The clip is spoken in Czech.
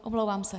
Omlouvám se.